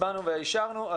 הצבענו ואישרנו.